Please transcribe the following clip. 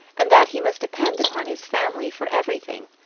and that he must depend upon his family for everything,